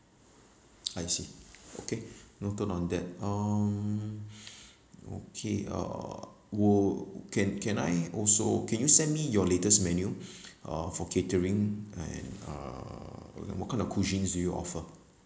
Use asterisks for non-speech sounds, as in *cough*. I see okay noted on that um *breath* okay uh we'll can can I also can you send me your latest menu *breath* uh for catering and uh like what kind of cuisines do you offer